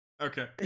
Okay